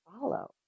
follow